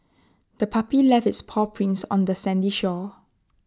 the puppy left its paw prints on the sandy shore